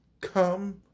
come